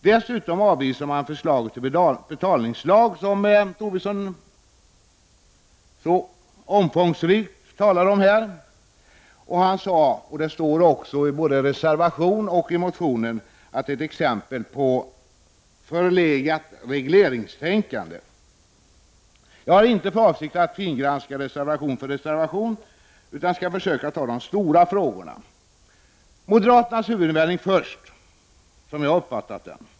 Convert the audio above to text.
Dessutom avvisar de förslaget till betalningslag. Lars Tobisson har utförligt redogjort för detta. Han sade — och det kan man läsa både i motionen och i reservationen — att det här är ett exempel på förlegat regleringstänkande. Jag har inte för avsikt att fingranska varje reservation. I stället försöker jag att begränsa mig till de stora frågorna. Först något om moderaternas huvudinvändning, såsom jag har uppfattat denna.